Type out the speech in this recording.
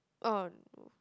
oh no